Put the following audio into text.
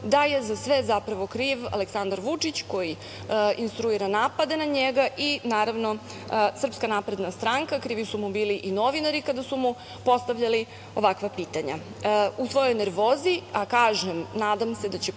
da je za sve kriv Aleksandar Vučić koji instruira napade na njega i, naravno, SNS. Krivi su mu bili i novinari kada su postavljali ovakva pitanja. U svojoj nervozi, a kažem, nadam se da će